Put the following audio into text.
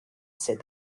said